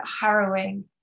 harrowing